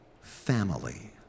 family